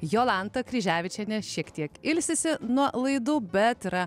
jolanta kryževičienė šiek tiek ilsisi nuo laidų bet yra